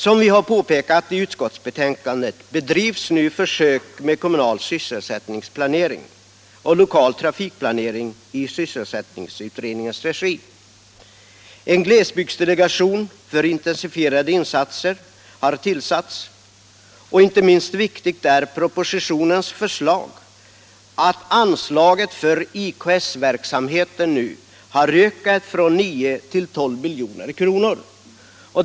Som vi har påpekat i utskottsbetänkandet bedrivs nu försök med kommunal sysselsättningsplanering och lokal trafikplanering i sysselsättningsutredningens regi. En glesbygdsdelegation för intensifierade insatser har tillsatts, och inte minst viktigt är propositionens förslag att anslaget till IKS-verksamheten nu skall öka från 9 till 12 milj.kr.